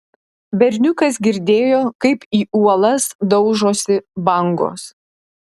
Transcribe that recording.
berniukas girdėjo kaip į uolas daužosi bangos